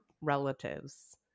relatives